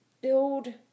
build